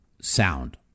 sound